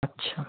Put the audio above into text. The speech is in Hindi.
अच्छा